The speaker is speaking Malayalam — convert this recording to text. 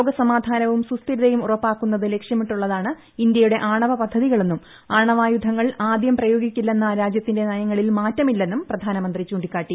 ലോകസമാധാനവും സുസ്ഥിരതയും ഉറപ്പാക്കുന്നത് ലക്ഷ്യമിട്ടുള്ളതാണ് ഇന്തൃയുടെ ആണവ പദ്ധതികളെന്നും ആണവായുധങ്ങൾ ആദ്യം പ്രയ്ക്കിക്കില്ലെന്ന രാജ്യത്തിന്റെ നയങ്ങളിൽ മാറ്റമില്ലെന്നും പ്രധാന്തമുന്ത് ചൂണ്ടിക്കാട്ടി